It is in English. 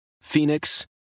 Phoenix